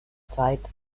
zeit